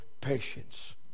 patience